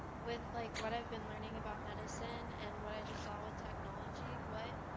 with like what i've been learning about medicine and what i just saw with technology. what